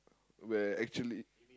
where actually